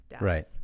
Right